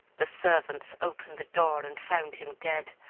the servants opened the door and found him dead,